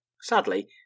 Sadly